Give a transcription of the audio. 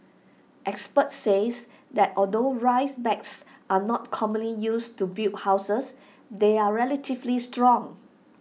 experts says that although rice bags are not commonly used to build houses they are relatively strong